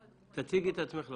תציגי את עצמך לפרוטוקול.